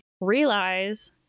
realize